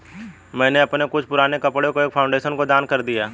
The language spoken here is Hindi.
मैंने अपने कुछ पुराने कपड़ो को एक फाउंडेशन को दान कर दिया